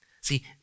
See